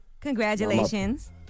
Congratulations